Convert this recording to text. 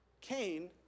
Cain